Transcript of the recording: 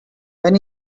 when